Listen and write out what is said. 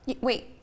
Wait